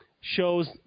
shows